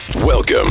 Welcome